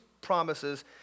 promises